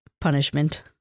punishment